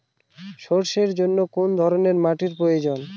সরষের জন্য কোন ধরনের মাটির প্রয়োজন?